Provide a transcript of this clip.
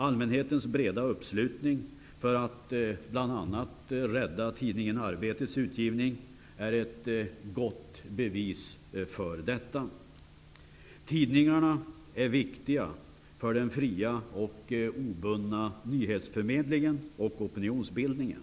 Allmänhetens breda uppslutning bl.a. för att rädda tidningen Arbetets utgivning är ett gott bevis för detta. Tidningarna är viktiga för den fria och obundna nyhetsförmedlingen och opinionsbildningen.